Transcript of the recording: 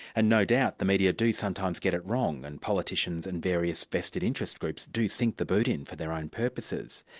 and no doubt the media do sometimes get it wrong, and politicians and various vested interest groups do sink the boot in for their own purposes.